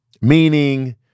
meaning